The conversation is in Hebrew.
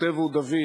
הכותב הוא דוד,